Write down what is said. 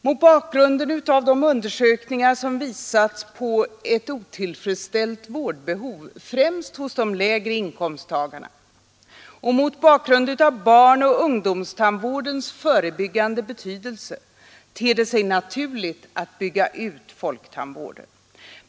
Mot bakgrunden av de undersökningar som visat på ett otillfredsställt vårdbehov, främst hos de lägre inkomsttagarna, och mot bakgrunden av barnoch ungdomstandvårdens förebyggande betydelse ter det sig naturligt att bygga ut folktandvården.